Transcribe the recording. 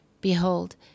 behold